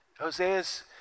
Hosea's